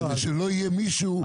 כדי שלא יהיה מישהו שיקבע לנו.